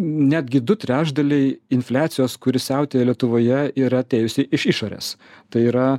netgi du trečdaliai infliacijos kuri siautėja lietuvoje yra atėjusi iš išorės tai yra